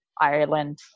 Ireland